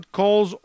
calls